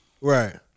Right